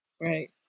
Right